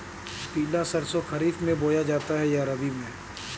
पिला सरसो खरीफ में बोया जाता है या रबी में?